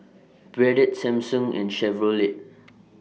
Bardot Samsung and Chevrolet